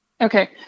Okay